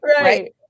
Right